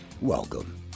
Welcome